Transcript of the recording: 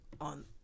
on